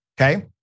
Okay